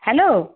hello